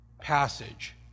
passage